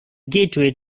gateway